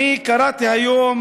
קראתי היום